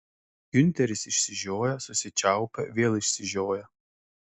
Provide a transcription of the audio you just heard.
giunteris išsižioja susičiaupia vėl išsižioja